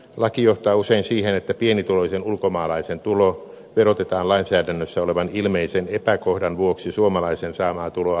laki johtaa usein siihen että pienituloisen ulkomaalaisen tulo verotetaan lainsäädännössä olevan ilmeisen epäkohdan vuoksi suomalaisen saamaa tuloa ankarammin